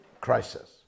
crisis